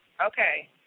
Okay